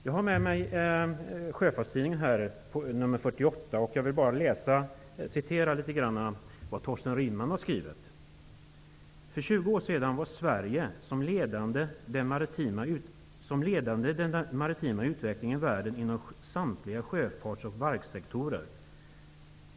Jag har med mig Sjöfartstidningen, nr 48, och jag vill citera vad Thorsten Rinman har skrivit: ''För tjugo år sedan var det Sverige, som ledde den maritima utvecklingen i världen inom samtliga sjöfarts och varvssektorer!''